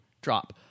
drop